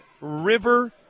river